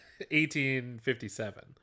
1857